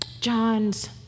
John's